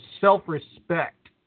self-respect